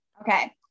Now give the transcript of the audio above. Okay